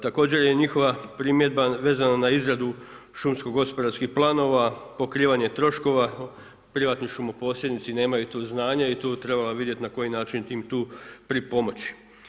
Također je njihova primjedba vezana na izradu šumsko gospodarskih planova, pokrivanje troškova, privatni šumoposjednici nemaju tu znanja i tu bi trebalo vidjeti na koji način im tu pripomoći.